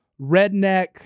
redneck